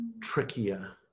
trickier